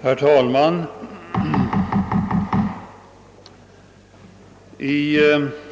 Herr talman! I